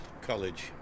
college